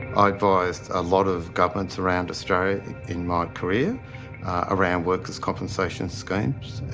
i advised a lot of governments around australia in my career around workers compensation schemes,